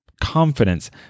confidence